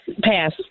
Pass